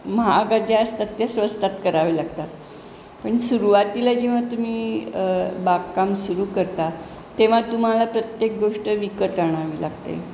महागात ज्या असतात ते स्वस्तात कराव्या लागतात पण सुरुवातीला जेव्हा तुम्ही बागकाम सुरू करता तेव्हा तुम्हाला प्रत्येक गोष्ट विकत आणावी लागते